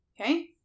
okay